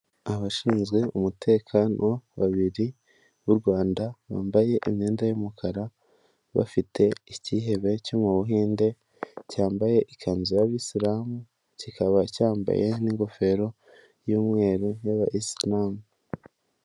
Abashinzwe umutekano babiri b'u Rwanda bambaye imyenda y'umukara bafite ikihebe cyo mu Buhinde cyambaye ikanzu y'abisilamu, kikaba cyambaye n'ingofero y'umweru y'aba isilamu.